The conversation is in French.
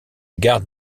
gare